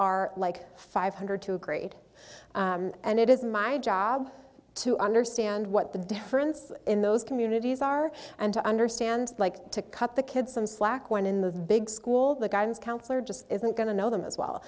are like five hundred to a grade and it is my job to understand what the difference in those communities are and to understand like to cut the kid some slack when in the big school the guidance counselor just isn't going to know them as well